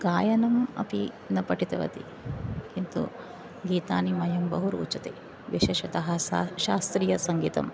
गायनम् अपि न पठितवती किन्तु गीतानि मयं बहु रोचते विशेषतः सा शास्त्रीयसङ्गीतं